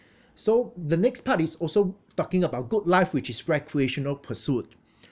so the next part is also talking about good life which is recreational pursuit